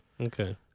Okay